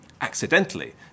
accidentally